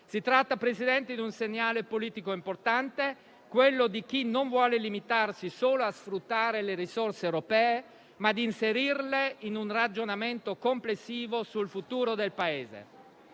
Si tratta, Presidente, di un segnale politico importante, di chi non vuole limitarsi a sfruttare le risorse europee, ma intende inserirle in un ragionamento complessivo sul futuro del Paese.